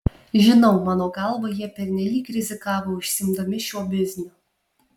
žinau mano galva jie pernelyg rizikavo užsiimdami šiuo bizniu